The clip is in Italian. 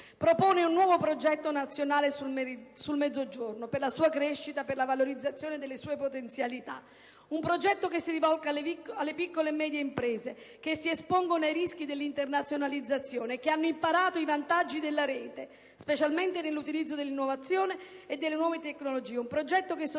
Propone un nuovo progetto nazionale sul Mezzogiorno, per la sua crescita, per la valorizzazione delle sue potenzialità. Un progetto che si rivolga alle piccole e medie imprese che si espongono ai rischi dell'internazionalizzazione, che hanno imparato i vantaggi della rete, specialmente nell'utilizzo dell'innovazione e delle nuove tecnologie. Un progetto che sostenga